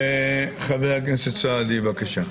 חבר הכנסת סעדי, בבקשה.